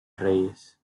reyes